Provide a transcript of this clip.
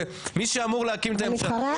זה מי שאמור להקים את הממשלה,